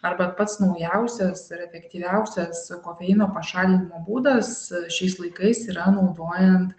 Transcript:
arba pats naujausias ir efektyviausias kofeino pašalinimo būdas šiais laikais yra naudojant